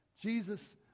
Jesus